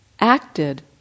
acted